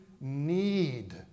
need